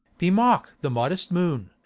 bemock the modest moon.